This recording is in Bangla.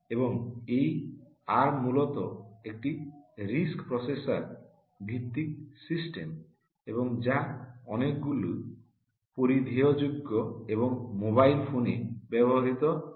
এবং এই আর্ম মূলত একটি রিস্ক প্রসেসর ভিত্তিক সিস্টেম এবং যা অনেকগুলি পরিধেয়যোগ্য এবং মোবাইল ফোনে ব্যবহৃত হয়